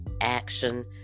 action